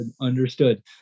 Understood